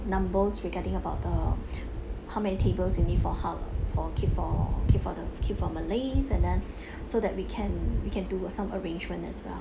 numbers regarding about the how many tables you need for halal for keep for keep for the keep for malays and then so that we can we can do some arrangement as well